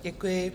Děkuji.